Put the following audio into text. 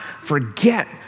forget